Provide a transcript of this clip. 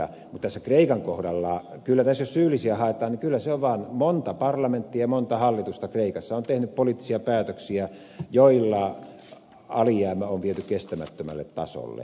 mutta tässä kreikan kohdalla jos tässä syyllisiä haetaan kyllä vaan monet parlamentit ja monet hallitukset kreikassa ovat tehneet poliittisia päätöksiä joilla alijäämä on viety kestämättömälle tasolle